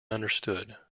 understood